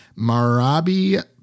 Marabi